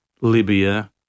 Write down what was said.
Libya